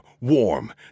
warm